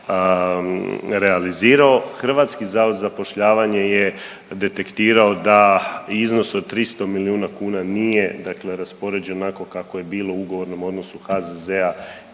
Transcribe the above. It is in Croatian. realizirao. HZZ je detektirao da iznos od 300 milijuna kuna nije raspoređen onako kako je bilo u ugovornom odnosu HZZ-a